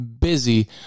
busy